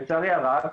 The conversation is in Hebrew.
לצערי הרב,